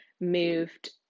moved